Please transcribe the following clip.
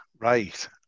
right